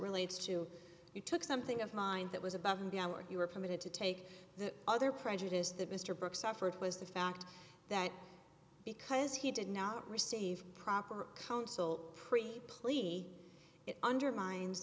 relates to you took something of mine that was above and beyond where you were permitted to take the other prejudice that mr burke suffered was the fact that because he did not receive proper counsel pre plea it undermines